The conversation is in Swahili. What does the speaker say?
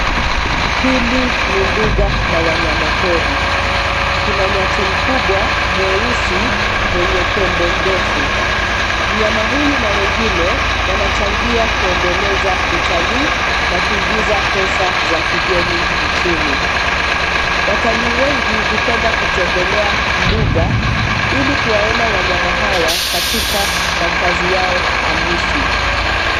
Hili ni mbuga la wanyama pori. Kuna nyati mkubwa mweusi mwenye pembe ndefu. Mnyama huyu na wengine wanachangia kuendeleza utalii na kuingiza pesa za kigeni nchini. Watalii wengi hupenda kutembelea mbuga ili kuwaona wanyama hawa katika makazi yao halisi